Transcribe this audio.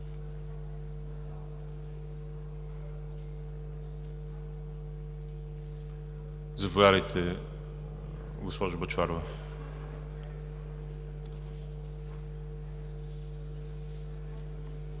Заповядайте, госпожо Бъчварова.